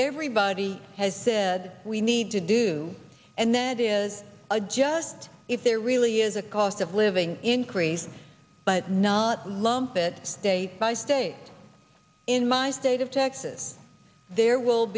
everybody has said we need to do and that is a just if there really is a cost of living increase but not lump it state by state in my state of texas there will